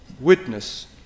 witness